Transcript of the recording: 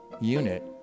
unit